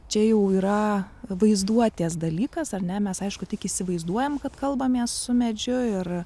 čia jau yra vaizduotės dalykas ar ne mes aišku tik įsivaizduojam kad kalbamės su medžiu ir